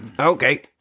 okay